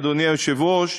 אדוני היושב-ראש,